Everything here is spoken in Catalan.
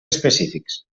específics